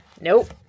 Nope